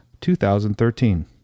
2013